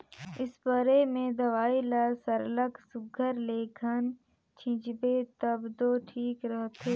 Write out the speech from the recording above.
spray में दवई ल सरलग सुग्घर ले घन छींचबे तब दो ठीक रहथे